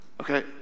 okay